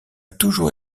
toujours